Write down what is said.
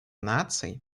наций